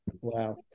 Wow